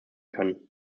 kann